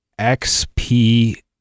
XP